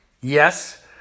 Yes